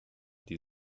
die